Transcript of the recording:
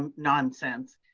um nonsense.